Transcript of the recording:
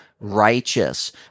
righteous